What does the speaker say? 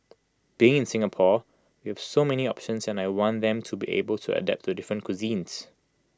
being in Singapore we have so many options and I want them to be able to adapt to different cuisines